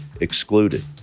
excluded